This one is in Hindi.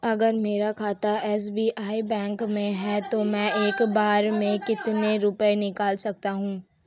अगर मेरा खाता एस.बी.आई बैंक में है तो मैं एक बार में कितने रुपए निकाल सकता हूँ?